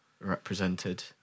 represented